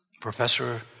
professor